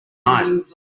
night